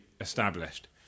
established